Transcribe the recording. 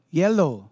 yellow